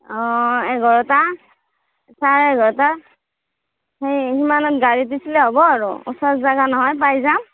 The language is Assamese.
অঁ এঘাৰটা চাৰে এঘাৰটা সেই সিমানত গাড়ীত উঠিলেই হ'ব আৰু ওচৰ জাগা নহয় পাই যাম